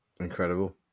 Incredible